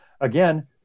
again